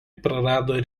prarado